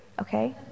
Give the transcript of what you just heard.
okay